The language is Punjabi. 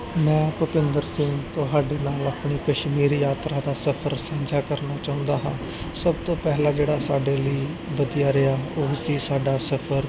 ਮੈਂ ਭੁਪਿੰਦਰ ਸਿੰਘ ਤੁਹਾਡੇ ਨਾਲ ਆਪਣੀ ਕਸ਼ਮੀਰੀ ਯਾਤਰਾ ਦਾ ਸਫਰ ਸਾਂਝਾ ਕਰਨਾ ਚਾਹੁੰਦਾ ਹਾਂ ਸਭ ਤੋਂ ਪਹਿਲਾਂ ਜਿਹੜਾ ਸਾਡੇ ਲਈ ਵਧੀਆ ਰਿਹਾ ਉਹ ਸੀ ਸਾਡਾ ਸਫਰ